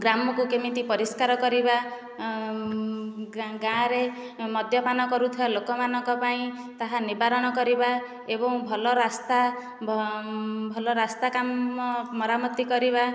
ଗ୍ରାମକୁ କେମିତି ପରିଷ୍କାର କରିବା ଗାଁରେ ମଦ୍ୟପାନ କରୁଥିବା ଲୋକମାନଙ୍କ ପାଇଁ ତାହା ନିବାରଣ କରିବା ଏବଂ ଭଲ ରାସ୍ତା ଭଲ ରାସ୍ତା କାମ ମରାମତି କରିବା